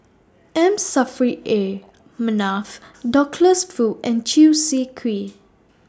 M Saffri A Manaf Douglas Foo and Chew Swee Kee